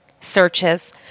searches